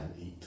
eat